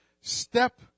Step